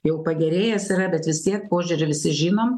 jau pagerėjęs yra bet vis tiek požiūrį visi žinom